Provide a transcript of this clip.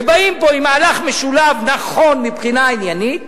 ובאים פה עם מהלך משולב, נכון מבחינה עניינית,